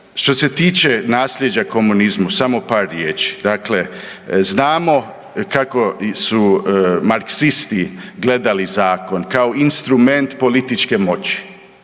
Što se tiče nasljeđa komunizmu samo par riječi. Dakle, znamo kako su Marksisti gledali zakon, kao instrument političke moći,